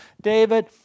David